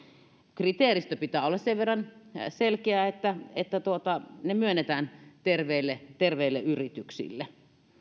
kriteeristön pitää olla sen verran selkeä että että lainoja myönnetään terveille terveille yrityksille